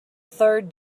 third